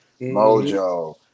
Mojo